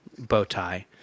Bowtie